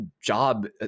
job